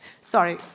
Sorry